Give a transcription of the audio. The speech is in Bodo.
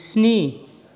स्नि